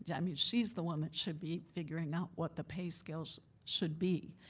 yeah mean she's the one that should be figuring out what the pay scale so should be,